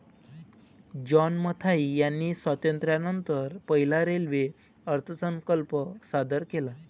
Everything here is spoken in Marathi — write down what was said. जॉन मथाई यांनी स्वातंत्र्यानंतर पहिला रेल्वे अर्थसंकल्प सादर केला